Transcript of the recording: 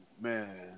man